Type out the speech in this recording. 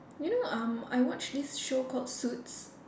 you know um I watch this show called suits